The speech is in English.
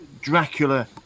Dracula